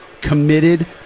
committed